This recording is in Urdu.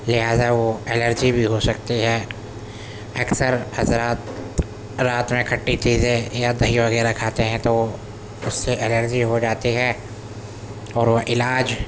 لہذا وہ الرجی بھی ہوسکتی ہے اکثر حضرات رات میں کھٹی چیزیں یا دہی وغیرہ کھاتے ہیں تو اس سے الرجی ہو جاتی ہے اور وہ علاج